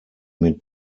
mit